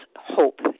hope